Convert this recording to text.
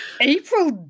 April